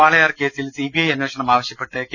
വാളയാർ കേസിൽ C B I അന്വേഷണം ആവശ്യപ്പെട്ട് കെ